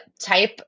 type